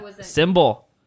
symbol